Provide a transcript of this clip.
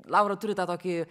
laura turi tą tokį